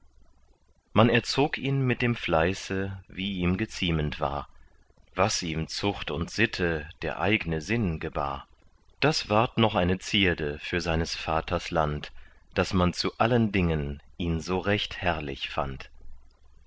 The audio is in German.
man erzog ihn mit dem fleiße wie ihm geziemend war was ihm zucht und sitte der eigne sinn gebar das ward noch eine zierde für seines vaters land daß man zu allen dingen ihn so recht herrlich fand